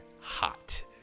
hot